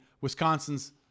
Wisconsin's